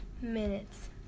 minutes